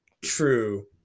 true